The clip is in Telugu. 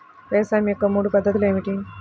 వ్యవసాయం యొక్క మూడు పద్ధతులు ఏమిటి?